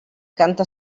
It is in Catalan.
canta